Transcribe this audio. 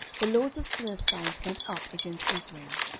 the lords of the philistines went up against israel.